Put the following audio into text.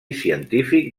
científic